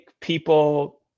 people